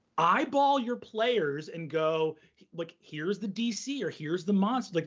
eyeball your players and go like, here's the dc, or, here's the monster. like